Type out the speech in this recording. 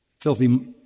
filthy